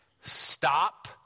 Stop